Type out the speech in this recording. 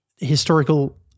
historical